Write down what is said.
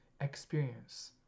experience